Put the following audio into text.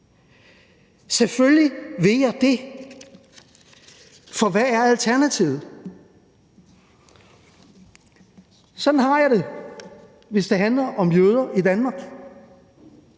Selvfølgelig ville jeg det, for hvad er alternativet? Sådan har jeg det, hvis det handler om jøder i Danmark,